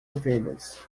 ovelhas